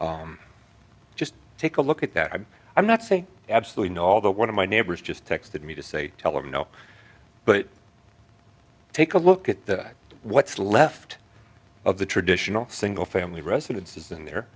that just take a look at that i'm i'm not saying absolutely no although one of my neighbors just texted me to say tell him no but take a look at that what's left of the traditional single family residences and there